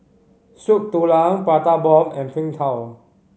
Soup Tulang Prata Bomb and Png Tao